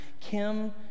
Kim